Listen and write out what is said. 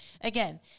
again